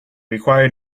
required